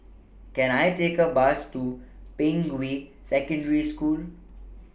Can I Take A Bus to Ping We Secondary School